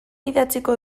idatziko